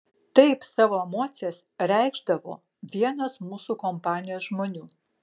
taip savo emocijas reikšdavo vienas mūsų kompanijos žmonių